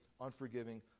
unforgiving